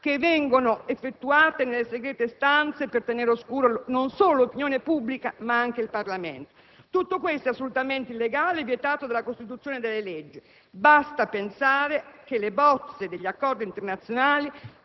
importanza effettuate nelle segrete stanze per tenere all'oscuro non solo l'opinione pubblica, ma anche il Parlamento. Tutto ciò è assolutamente illegale e vietato dalla Costituzione e dalle leggi. Basti pensare che le bozze degli Accordi internazionali